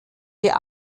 wir